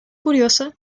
curiosa